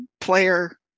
player